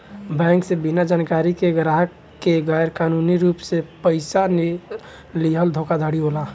bank से बिना जानकारी के ग्राहक के गैर कानूनी रूप से पइसा लीहल धोखाधड़ी होला